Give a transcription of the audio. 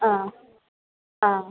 आं आं